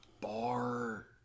Bar